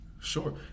Sure